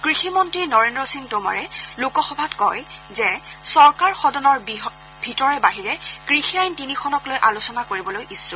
কৃষিমন্ত্ৰী নৰেন্দ্ৰ সিং টোমৰে লোকসভাত কয় যে চৰকাৰ সদনৰ ভিতৰে বাহিৰে কৃষি আইন তিনিখনকলৈ আলোচনা কৰিবলৈ ইচ্ছুক